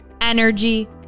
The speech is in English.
energy